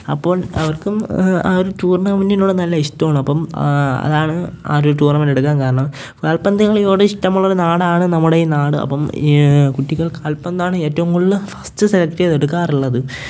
അപ്പോള് അവര്ക്കും ആ ഒരു റ്റൂര്ണമെന്റിനോട് നല്ല ഇഷ്ടമാണപ്പം അതാണ് ആ ഒരു റ്റൂര്ണമെന്റെടുക്കാന് കാരണം കാല്പ്പന്തു കളിയോടിഷ്ടമുള്ളവരുടെ നാടാണ് നമ്മുടെയീ നാട് അപ്പം ഈ കുട്ടികള് കാല്പ്പന്താണ് ഏറ്റവും കൂടുതൽ ഫസ്റ്റ് സെലക്റ്റ് ചെയ്തെടുക്കാറുള്ളത്